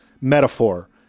metaphor